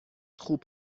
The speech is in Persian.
خوب